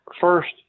first